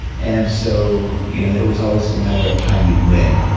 and so yeah it was always a matter of timing when.